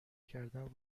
کردن